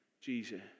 Jesus